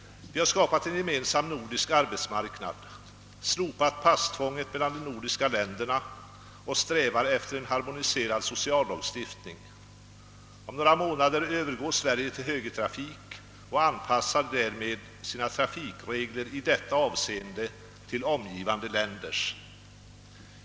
Vi har skapat en gemensam nordisk arbetsmarknad, vi har slopat passtvånget mellan de nordiska länderna och vi strävar efter en harmoniserad sociallagstiftning. Om några månader övergår Sverige till högertrafik och anpassar därmed sina trafikregler i detta avseende till omgivande länders.